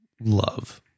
love